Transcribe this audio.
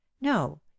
no